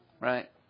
Right